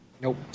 nope